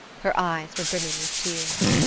her eyes were brimming with tears.